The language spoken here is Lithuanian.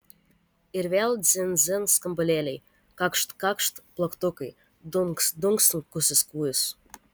ir vėl dzin dzin skambalėliai kakšt kakšt plaktukai dunkst dunkst sunkusis kūjis